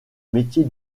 métiers